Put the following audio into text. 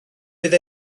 fydd